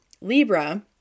Libra